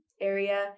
area